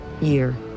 year